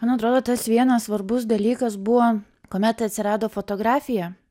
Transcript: man atrodo tas vienas svarbus dalykas buvo kuomet atsirado fotografija